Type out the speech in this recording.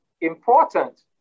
important